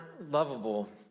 lovable